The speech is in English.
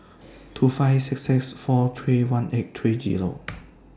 two five six six four three one eight three Zero